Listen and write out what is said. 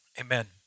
amen